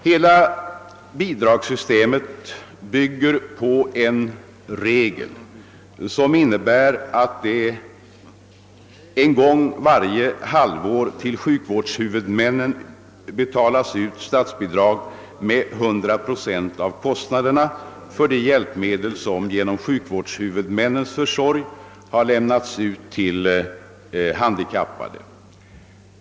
Hela bidragssystemet bygger på en regel som innebär att det en gång varje halvår till sjukvårdshuvudmännen betalas ut statsbidrag med 100 procent av kostnaderna för de hjälpmedel som genom sjukvårdshuvudmännens försorg har lämnats ut till handikappade.